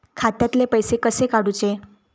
खात्यातले पैसे कसे काडूचे?